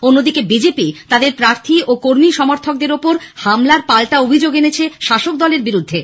অন্যদিকে বিজেপি তাদের প্রার্থী ও কর্মী সমর্থকদের ওপর হামলার পাল্টা অভিযোগ এনেছে শাসকদলের বিরুদ্ধে